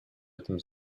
этом